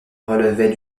relevait